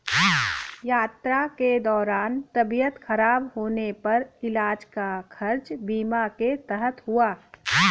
यात्रा के दौरान तबियत खराब होने पर इलाज का खर्च बीमा के तहत हुआ